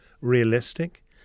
realistic